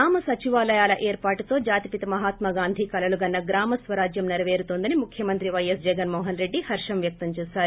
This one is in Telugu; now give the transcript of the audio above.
గ్రామ సచివాలయాల ఏర్పాటుతో జాతిపిత మహాత్మాగాంధీ కలలుగన్న గ్రామస్వరాజ్యం నెరపేరుతోందని ముఖ్యమంత్రి వైఎస్ జగన్మోహన్రెడ్డి హర్షం వ్వక్తం చేశారు